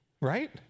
Right